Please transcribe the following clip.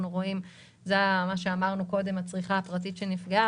זה מה שאמרנו הקודם: הצריכה הפרטית שנפגעה.